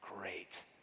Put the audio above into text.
great